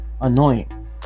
annoying